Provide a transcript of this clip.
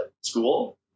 school